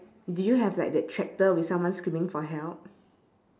do you have like that tractor with someone screaming for help